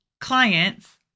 clients